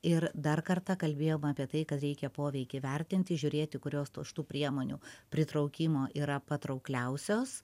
ir dar kartą kalbėjom apie tai kad reikia poveikį vertinti žiūrėti kurios tų už tų priemonių pritraukimo yra patraukliausios